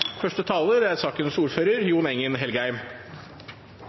Første taler er Jon Engen-Helgheim, som taler på vegne av sakens ordfører,